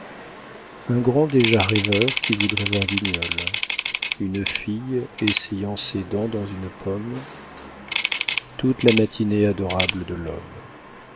un grand déjà rêveur qui voudrait voir guignol une fille essayant ses dents dans une pomme toute la matinée adorable de l'homme